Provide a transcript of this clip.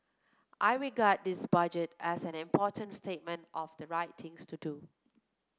I regard this budget as an important statement of the right things to do